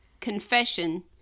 confession